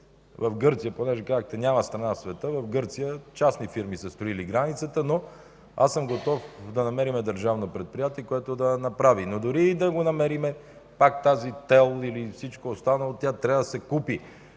в Турция. Понеже казахте, че няма страна в света – в Гърция частни фирми са строили границата. Аз съм готов да намерим държавно предприятие, което да я направи, но дори и да го намерим, пак тази тел или всичко останало трябва да се купи.